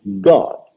God